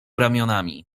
ramionami